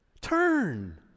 Turn